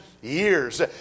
years